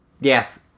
Yes